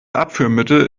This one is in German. abführmittel